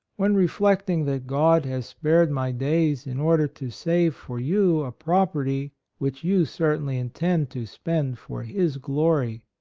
when reflecting that god has spared my days in order to save for you a property which you certainly intend to spend for his glory,